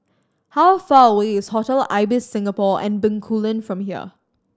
how far away is Hotel Ibis Singapore On Bencoolen from here